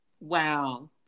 Wow